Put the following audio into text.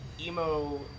emo